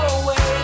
away